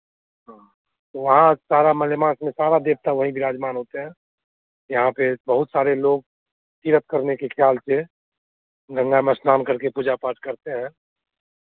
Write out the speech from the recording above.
हाँ तो वहाँ सारा मलेमास में सारा देवता वहीं विराजमान होते हैं यहाँ पे बहुत सारे लोग तीर्थ करने के ख्याल से गंगा में स्नान करके पूजा पाठ करते हैं